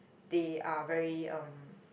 they are very um